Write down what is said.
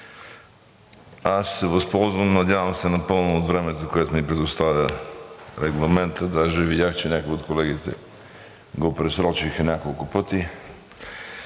ще се възползвам, надявам се, напълно от времето, което ни предоставя регламентът. Даже видях, че някои от колегите го пресрочиха няколко пъти.